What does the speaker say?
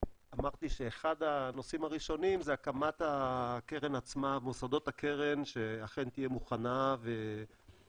אחת הסוגיות זה הנושא של ועדת האיתור שצריכה למנות את המועצה וכו',